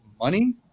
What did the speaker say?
money